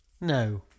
no